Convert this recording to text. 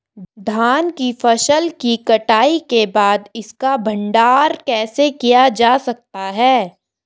धान की फसल की कटाई के बाद इसका भंडारण कैसे किया जा सकता है?